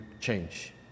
change